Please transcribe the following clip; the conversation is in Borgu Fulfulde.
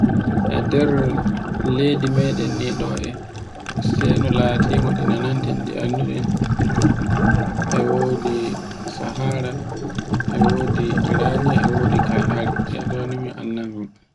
Ender leydi meɗen ni ɗo e seno latingo ɗi nanten ɗi annduɗen. E wodi sahara, e wodi iraniya, e wodi kalhare. Ɗe ni mi annda ni.